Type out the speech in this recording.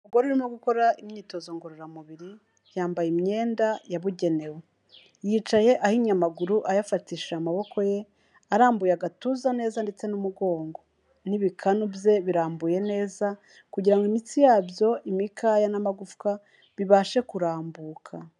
Umugore urimo gukora imyitozo ngororamubiri, yambaye imyenda yabugenewe, yicaye ahinnye amaguru ayafatishije amaboko ye, arambuye agatuza neza ndetse n'umugongo n'ibikanu bye birambuye neza kugira ngo imitsi yabyo, imikaya n'amagufwa bibashe kurambuka.